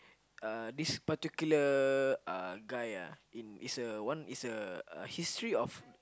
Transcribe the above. uh this particular uh guy ah is a one is a history of